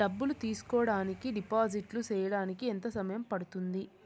డబ్బులు తీసుకోడానికి డిపాజిట్లు సేయడానికి ఎంత సమయం పడ్తుంది